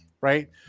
right